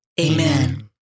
Amen